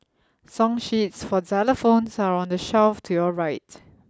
song sheets for xylophones are on the shelf to your right